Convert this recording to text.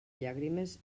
llàgrimes